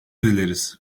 dileriz